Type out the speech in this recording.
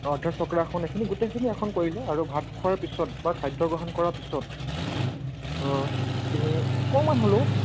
অৰ্ধ চক্ৰাসন এইখিনি গোটেইখিনি আসন কৰিলে আৰু ভাত খোৱাৰ পিছত বা খাদ্য গ্ৰহণ কৰাৰ পিছত তুমি অকণমান হ'লেও